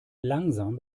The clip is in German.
langsam